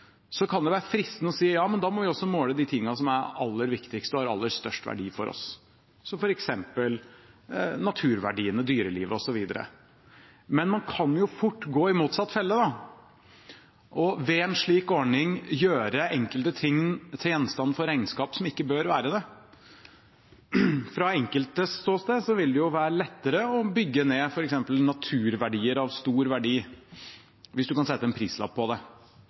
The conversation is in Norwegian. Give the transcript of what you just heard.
kan det være fristende å si: Ja, men da må vi også måle de tingene som er aller viktigst, og som har aller størst verdi for oss, som f.eks. naturverdiene, dyrelivet osv. Men man kan fort gå i motsatt felle og gjennom en slik ordning gjøre enkelte ting til gjenstand for regnskap som ikke bør være det. Fra enkeltes ståsted vil det være lettere å bygge ned f.eks. naturverdier av stor verdi hvis en kan sette en prislapp på det.